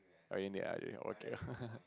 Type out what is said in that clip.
or anything ah okay